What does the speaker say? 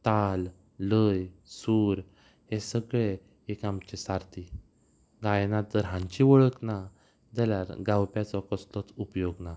ताल लय सूर हे सगळे एक आमचे सारती गायना तर हांची वळख ना जाल्यार गावप्याचो कसलोच उपयोग ना